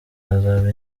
hazaba